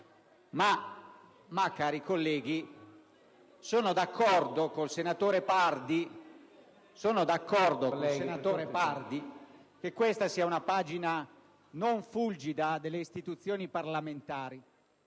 Ma, cari colleghi, sono d'accordo con il senatore Pardi, sul fatto che questa sia una pagina non fulgida delle istituzioni parlamentari.